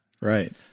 Right